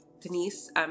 denise